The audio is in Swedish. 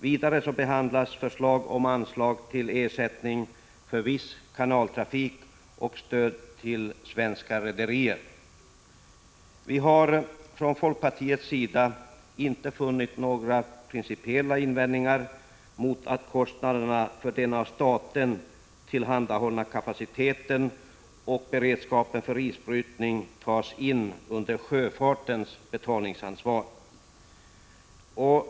Vidare behandlas förslag om anslag till ersättning för viss kanaltrafik och stöd till svenska rederier. Vi har från folkpartiets sida inte funnit några principiella invändningar mot att kostnaderna för den av staten tillhandahållna kapaciteten och beredskapen för isbrytning tas in under sjöfartens betalningsansvar.